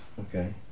Okay